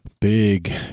Big